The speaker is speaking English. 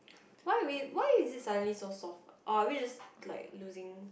why are we why is it suddenly so soft or are we just like losing